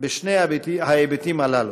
בשני ההיבטים הללו: